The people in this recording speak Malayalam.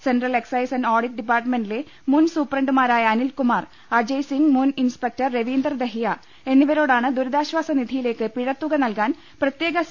സെൻട്രൽ എക്സൈസ് ആന്റ് ഓഡിറ്റ് ഡിപ്പാർട്ടുമെന്റിലെ മുൻ സൂപ്രണ്ടുമാരായ അനിൽകുമാർ അജയ് സിംഗ് മുൻ ഇൻസ്പെക്ടർ രവീ ന്ദർ ദഹിയ എന്നിവരോടാണ് ദുരിതാശ്വാസ നിധിയിലേക്ക് പിഴത്തുക നൽകാൻ പ്രത്യേക സി